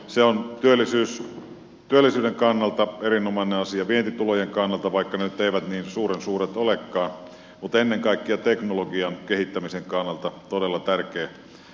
se on työllisyyden kannalta erinomainen asia vientitulojen kannalta vaikka ne nyt eivät niin suuren suuret olekaan mutta ennen kaikkea teknologian kehittämisen kannalta todella tärkeä toimiala